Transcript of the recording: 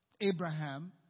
Abraham